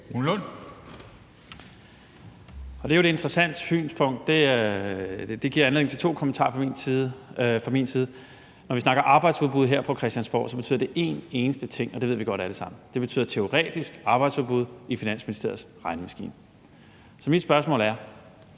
Det er jo et interessant synspunkt. Det giver anledning til et par kommentarer fra min side. Når vi snakker arbejdsudbud her på Christiansborg, betyder det en eneste ting, og det ved vi godt alle sammen: Det betyder teoretisk arbejdsudbud i Finansministeriets regnemaskine. Så mit spørgsmål er: